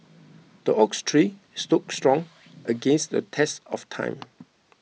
the oaks tree stood strong against the test of time